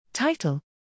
Title